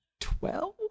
Twelve